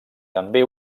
també